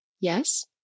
yes